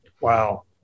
Wow